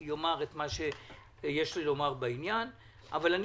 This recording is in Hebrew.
בוועדה רוצים לדעת דבר אחד: מה צריך לעשות